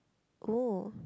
oh